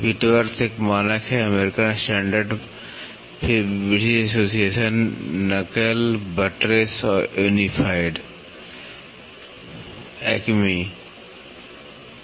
Whitworth एक मानक है अमेरिकन स्टैंडर्ड फिर ब्रिटिश एसोसिएशन नक्कल बट्रेस और unified Acme British Association Knuckle Buttress and Unified Acme